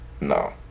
No